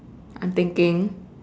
I'm thinking